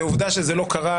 זה לא קרה,